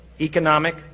economic